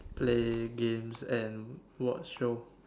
play games and watch show